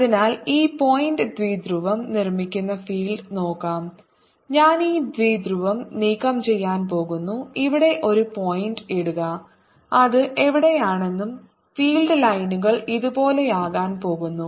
അതിനാൽ ഈ പോയിന്റ് ദ്വിധ്രുവം നിർമ്മിക്കുന്ന ഫീൽഡ് നോക്കാം ഞാൻ ഈ ദ്വിധ്രുവം നീക്കംചെയ്യാൻ പോകുന്നു ഇവിടെ ഒരു പോയിന്റ് ഇടുക അത് എവിടെയാണെന്നും ഫീൽഡ് ലൈനുകൾ ഇതുപോലെയാകാൻ പോകുന്നു